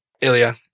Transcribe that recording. Ilya